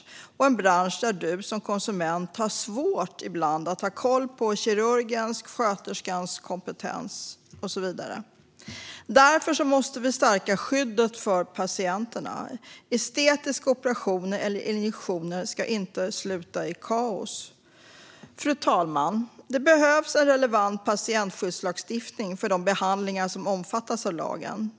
Det är också en bransch där du som konsument ibland har svårt att ha koll på kirurgens eller sköterskans kompetens. Vi måste därför stärka skyddet för patienterna. Estetiska operationer eller injektioner ska inte sluta i kaos. Fru talman! Det behövs en relevant patientskyddslagstiftning för de behandlingar som omfattas av lagen.